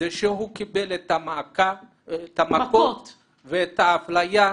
זה שהוא קיבל את המכות ואת האפליה,